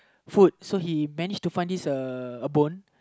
food so he managed to find this uh a bone